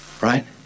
Right